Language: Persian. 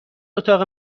اتاق